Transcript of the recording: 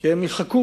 כי הם יחכו